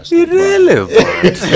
irrelevant